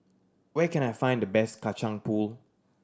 where can I find the best Kacang Pool